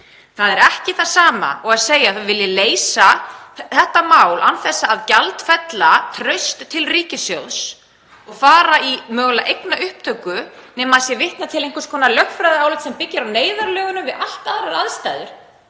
Það er ekki það sama að segjast vilja leysa þetta mál án þess að gjaldfella traust til ríkissjóðs og fara í mögulega eignaupptöku, nema sé vitnað til einhvers konar lögfræðiálits sem byggir á neyðarlögunum við allt aðrar aðstæður,